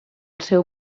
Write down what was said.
seu